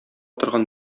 торган